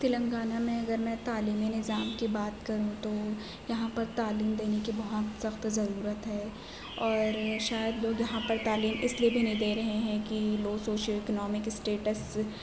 تلنگانہ میں اگر میں تعلیمی نظام کی بات کروں تو یہاں پر تعلیم دینے کی بہت سخت ضرورت ہے اور شاید لوگ یہاں پر تعلیم اس لئے بھی نہیں دے رہے ہیں کہ لو سوشل اکنومک اسٹیٹس